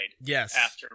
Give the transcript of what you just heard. Yes